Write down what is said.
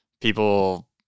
people